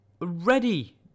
ready